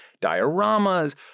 dioramas